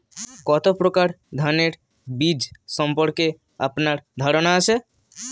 কত প্রকার ধানের বীজ সম্পর্কে আপনার ধারণা আছে?